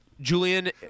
Julian